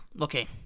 Okay